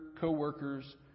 coworkers